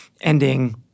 ending